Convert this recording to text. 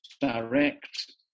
Direct